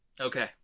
okay